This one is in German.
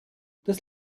das